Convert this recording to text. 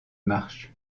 marche